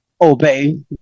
obey